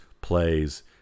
plays